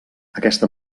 aquesta